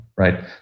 Right